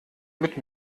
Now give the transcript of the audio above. mit